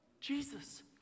Jesus